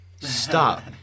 stop